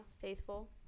faithful